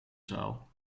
zaal